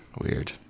Weird